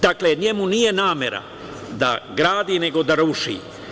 Dakle, njemu nije namera da gradi, nego da ruši.